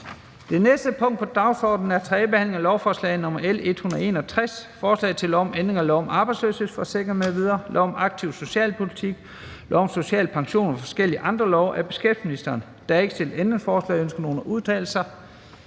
Det næste punkt på dagsordenen er: 9) 3. behandling af lovforslag nr. L 161: Forslag til lov om ændring af lov om arbejdsløshedsforsikring m.v., lov om aktiv socialpolitik, lov om social pension og forskellige andre love. (Neutralisering af virkning på indkomstoverførsler som følge